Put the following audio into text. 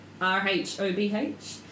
R-H-O-B-H